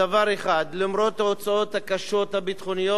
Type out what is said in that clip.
למרות ההוצאות הביטחוניות הקשות,